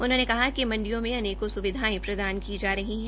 उन्होंने काह कि मंडियों में अनेकों सुविधाएं प्रदान की जा रही हैं